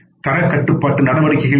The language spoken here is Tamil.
தரக் கட்டுப்பாட்டு நடவடிக்கைகள் யாவை